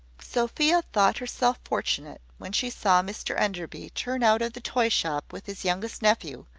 sophia thought herself fortunate when she saw mr enderby turn out of the toy-shop with his youngest nephew,